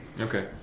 Okay